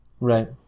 Right